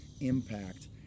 impact